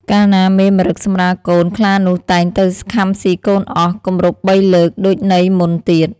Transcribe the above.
កាលណាមេម្រឹគសម្រាលកូន ខ្លានោះតែងទៅខាំស៊ីកូនអស់ គម្រប់បីលើក ដូចន័យមុនទៀត។